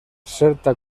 certa